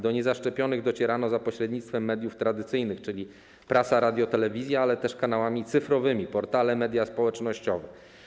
Do niezaszczepionych docierano za pośrednictwem mediów tradycyjnych, czyli prasy, radia, telewizji, ale też kanałami cyfrowymi - przez portale, media społecznościowe.